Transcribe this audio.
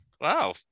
Wow